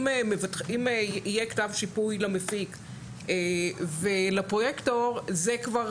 אם יהיה כתב שיפוי למפיק ולפרויקטור זה כבר